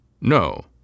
No